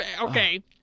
Okay